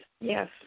yes